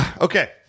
Okay